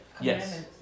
Yes